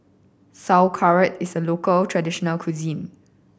Sauerkraut is a local traditional cuisine